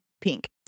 pink